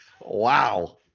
Wow